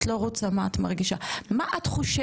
מה את חושבת?